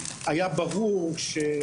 לא שמעתי.